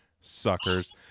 suckers